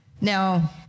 Now